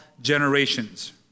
generations